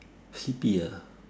sleepy ah